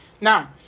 now